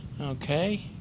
okay